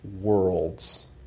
worlds